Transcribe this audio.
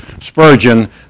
Spurgeon